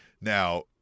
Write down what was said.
now